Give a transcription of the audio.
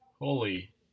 Holy